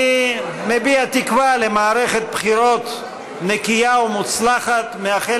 אני מביע תקווה למערכת בחירות נקייה ומוצלחת ומאחל